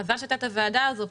מהזמן שהייתה הוועדה הזו,